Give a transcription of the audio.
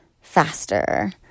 faster